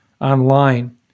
online